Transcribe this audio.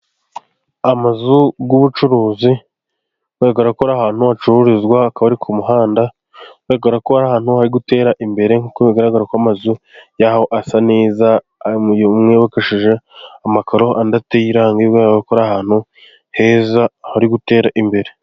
Amazu y'ubucuruzi ,hagaragara ko ari ahantu hacururizwa akaba ari ku muhanda, hagaragara ko ari ahantu hari gutera imbere, nk'uko bigaragara ko amazu yaho asa neza, amwe yubakishije amakoro, Andi ateye irangi , hagaragara ko ari ahantu heza hari gutera imbere.